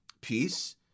peace